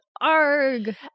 Arg